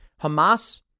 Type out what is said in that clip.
Hamas